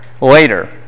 later